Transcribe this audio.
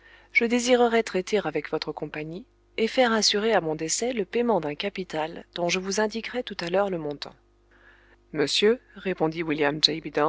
je désirerais traiter avec votre compagnie et faire assurer à mon décès le paiement d'un capital dont je vous indiquerai tout à l'heure le montant monsieur répondit william